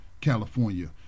California